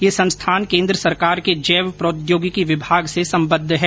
यह संस्थान केन्द्र सरकार के जैव प्रौद्योगिकी विभाग से संबद्ध है